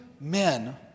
men